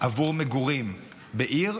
עבור מגורים בעיר,